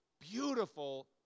Beautiful